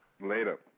Later